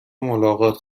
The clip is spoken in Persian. ملاقات